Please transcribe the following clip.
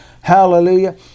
Hallelujah